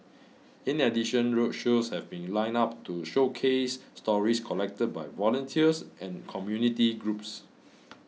in addition roadshows have been lined up to showcase stories collected by volunteers and community groups